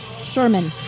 Sherman